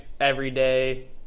everyday